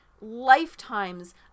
lifetimes